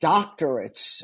Doctorates